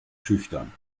schüchtern